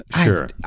Sure